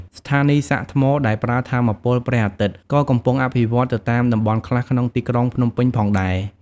ស្ថានីយ៍សាកថ្មដែលប្រើថាមពលព្រះអាទិត្យ ក៏កំពុងអភិវឌ្ឍនៅតាមតំបន់ខ្លះក្នុងទីក្រុងភ្នំពេញផងដែរ។